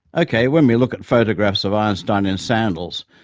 ok, when we look at photographs of einstein in sandals,